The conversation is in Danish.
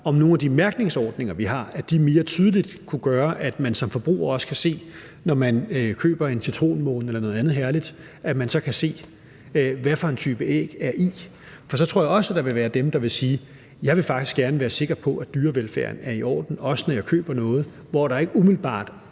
om nogle af de mærkningsordninger, vi har, mere tydeligt kunne gøre, at man som forbruger, når man køber en citronmåne eller noget andet herligt, også kan se, hvad for en type æg der er i, for så tror jeg også, at der vil være dem, der vil sige: Jeg vil faktisk gerne være sikker på, at dyrevelfærden er i orden, også når jeg køber noget, hvor der ikke umiddelbart